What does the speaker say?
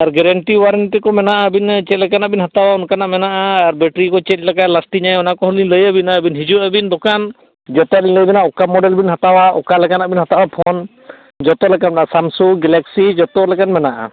ᱟᱨ guarantee warranty ᱠᱚ ᱢᱮᱱᱟᱜᱼᱟ ᱟᱹᱵᱤᱱ ᱪᱮᱫ ᱞᱮᱠᱟᱱᱟᱜ ᱵᱤᱱ ᱦᱟᱛᱟᱣᱟ ᱚᱱᱠᱟᱱᱟᱜ ᱢᱮᱱᱟᱜᱼᱟ ᱟᱨ ᱵᱮᱴᱴᱨᱤ ᱠᱚ ᱪᱮᱫᱠᱟᱭ ᱞᱟᱥᱴᱤᱝᱟ ᱚᱱᱟ ᱠᱚᱦᱚᱸ ᱞᱤᱧ ᱞᱟᱹᱭ ᱟᱹᱵᱤᱱᱟ ᱟᱹᱵᱤᱱ ᱦᱤᱡᱩᱜ ᱟᱹᱵᱤᱱ ᱫᱳᱠᱟᱱ ᱡᱚᱛᱚᱞᱤᱧ ᱞᱟᱹᱭ ᱟᱹᱵᱤᱱᱟ ᱚᱠᱟ ᱢᱚᱰᱮᱞ ᱵᱤᱱ ᱦᱟᱛᱟᱣᱟ ᱚᱠᱟ ᱞᱮᱠᱟᱱᱟᱜ ᱵᱤᱱ ᱦᱟᱛᱟᱣᱟ ᱯᱷᱳᱱ ᱡᱚᱛᱚ ᱞᱮᱠᱟᱱᱟᱜ ᱢᱮᱱᱟᱜᱼᱟ ᱥᱟᱢᱥᱩᱝ ᱜᱮᱞᱟᱠᱥᱤ ᱡᱚᱛᱚ ᱞᱮᱠᱟᱱ ᱢᱮᱱᱟᱜᱼᱟ